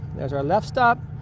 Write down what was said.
there's our left stop.